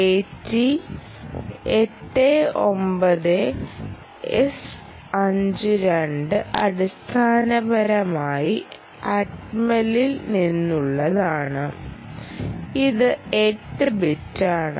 AT 89S52 അടിസ്ഥാനപരമായി Atmel ൽ നിന്നുള്ളതാണ് ഇത് 8 ബിറ്റ് ആണ്